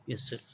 yes sir